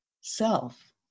self